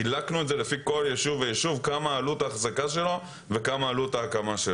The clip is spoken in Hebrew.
קבענו מה עלות האחזקה של כל יישוב ויישוב ומה עלות ההקמה.